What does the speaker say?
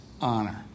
honor